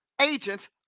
agents